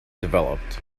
developed